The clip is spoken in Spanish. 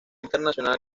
internacional